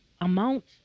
amount